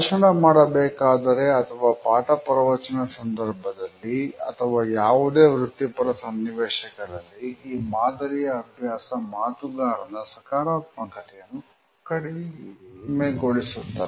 ಭಾಷಣ ಮಾಡಬೇಕಾದರೆ ಅಥವಾ ಪಾಠಪ್ರವಚನ ಸಂದರ್ಭದಲ್ಲಿ ಅಥವಾ ಯಾವುದೇ ವೃತ್ತಿಪರ ಸನ್ನಿವೇಶಗಳಲ್ಲಿ ಈ ಮಾದರಿಯ ಅಭ್ಯಾಸ ಮಾತುಗಾರನ ಸಕಾರಾತ್ಮಕ ತೆಯನ್ನು ಕಡಿಮೆಗೊಳಿಸುತ್ತದೆ